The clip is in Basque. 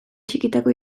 txikitako